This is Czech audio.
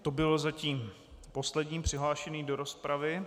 To byl zatím poslední přihlášený do rozpravy.